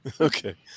Okay